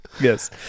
Yes